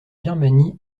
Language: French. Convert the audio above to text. birmanie